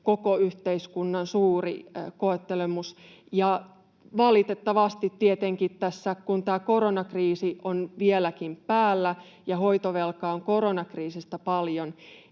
koko yhteiskunnan suuri koettelemus. Valitettavasti tietenkin tässä, kun tämä koronakriisi on vieläkin päällä ja hoitovelkaa on koronakriisistä paljon,